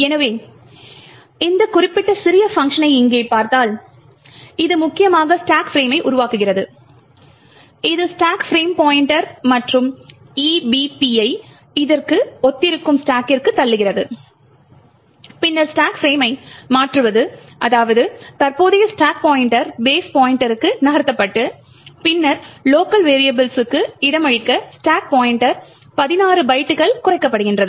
எனவே இந்த குறிப்பிட்ட சிறிய பங்க்ஷனை இங்கே பார்த்தால் இது முக்கியமாக ஸ்டேக் ஃபிரேமை உருவாக்குகிறது இது ஸ்டேக் ஃபிரேம் பாய்ண்ட்டர் மற்றும் EBP யை இதற்கு ஒத்திருக்கும் ஸ்டேக்கிற்கு தள்ளுகிறது பின்னர் ஸ்டாக் ஃபிரேமை மாற்றுவது அதாவது தற்போதைய ஸ்டாக் பாய்ண்ட்டர் பேஸ் பாய்ண்ட்டர்க்கு நகர்த்தப்பட்டு பின்னர் லோக்கல் வரியபிள்ஸ்க்கு இடமளிக்க ஸ்டாக் பாய்ண்ட்டர் 16 பைட்டுகள் குறைக்கப்படுகிறது